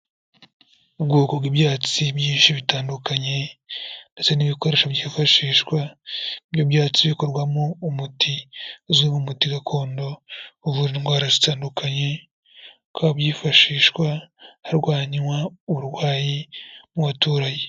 Ubwoko bw'ibyatsi byinshi bitandukanye ndetse n'ibikoresho byifashishwa by'ibyatsi bikorwamo umuti uzwi nk'umuti gakondo uvura indwara zitandukanye, bikaba byifashishwa harwanywa uburwayi mu baturage.